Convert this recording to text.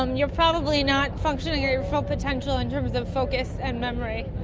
um you're probably not functioning at your full potential in terms of focus and memory.